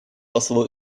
послу